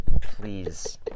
please